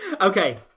Okay